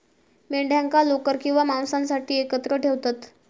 मेंढ्यांका लोकर किंवा मांसासाठी एकत्र ठेवतत